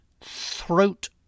throat